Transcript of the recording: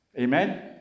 Amen